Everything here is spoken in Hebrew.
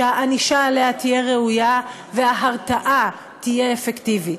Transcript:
הענישה עליה תהיה ראויה וההרתעה תהיה אפקטיבית.